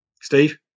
Steve